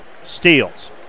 steals